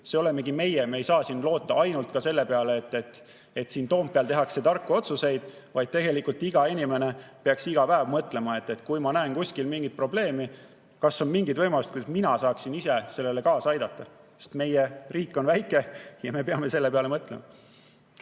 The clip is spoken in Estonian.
see olemegi meie. Me ei saa siin loota ainult selle peale, et siin Toompeal tehakse tarku otsuseid. Tegelikult peaks iga inimene iga päev mõtlema, et kui ta näeb kuskil mingit probleemi, siis kas on mingeid võimalusi, kuidas ta ise saaks kaasa aidata. Sest meie riik on väike ja me peame selle peale mõtlema.